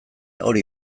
hori